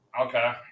okay